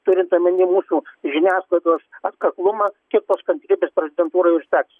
turint omeny mūsų žiniasklaidos atkaklumą kiek tos kantrybės prezidentūrai užteks